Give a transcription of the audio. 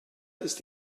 ist